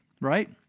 right